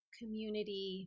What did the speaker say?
community